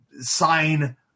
sign